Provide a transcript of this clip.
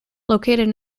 located